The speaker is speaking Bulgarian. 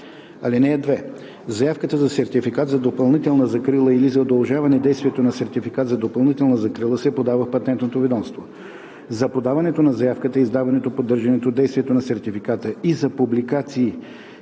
„(2) Заявката за сертификат за допълнителна закрила или за удължаване действието на сертификат за допълнителна закрила се подава в Патентното ведомство. За подаването на заявката, издаването, поддържане действието на сертификата и за публикации